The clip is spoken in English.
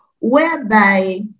whereby